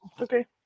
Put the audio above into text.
Okay